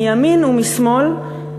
מימין ומשמאל,